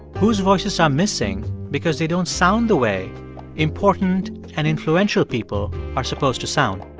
whose voices are missing because they don't sound the way important and influential people are supposed to sound?